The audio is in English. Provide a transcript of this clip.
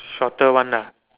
shorter one lah